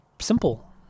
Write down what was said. simple